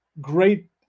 great